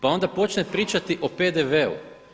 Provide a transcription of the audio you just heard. Pa onda počne pričati o PDV-u.